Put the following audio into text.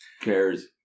cares